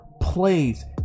plays